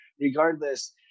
regardless